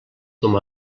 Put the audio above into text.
com